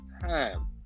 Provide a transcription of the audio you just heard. time